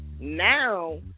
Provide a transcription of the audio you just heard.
now